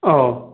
ꯑꯧ